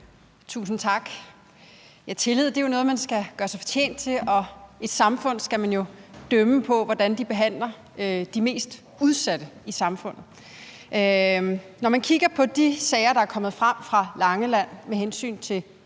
Tusind tak. Tillid er noget, man skal gøre sig fortjent til, og et samfund skal man jo kende på, hvordan det behandler de mest udsatte i samfundet. Når man kigger på de sager, der er kommet frem fra Langeland, med hensyn til